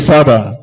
Father